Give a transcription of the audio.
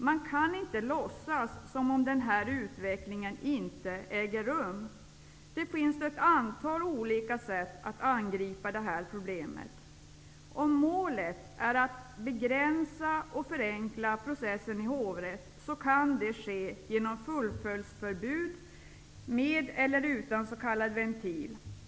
Man kan inte låtsas som om denna utveckling inte äger rum. Det finns då ett antal olika sätt att angripa detta problem. Om målet är att begränsa och förenkla processen i hovrätt, kan det ske genom fullföljdsförbud med eller utan s.k. ventil.